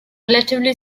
relatively